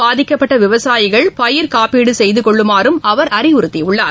பாதிக்கப்பட்ட விவசாயிகள் பயிர் காப்பீடு செய்து கொள்ளுமாறும் அவர் அறிவுறுத்தியுள்ளார்